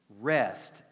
Rest